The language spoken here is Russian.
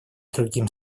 другим